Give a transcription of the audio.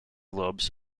lobes